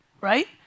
right